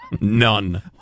None